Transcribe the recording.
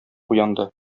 уянды